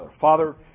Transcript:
Father